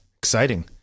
Exciting